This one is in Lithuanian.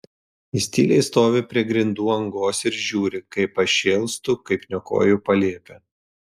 jis tyliai stovi prie grindų angos ir žiūri kaip aš šėlstu kaip niokoju palėpę